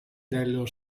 dello